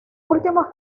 últimos